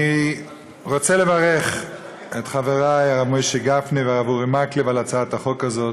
אני רוצה לברך את חברי הרב משה גפני והרב אורי מקלב על הצעת החוק הזאת.